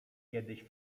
kiedyś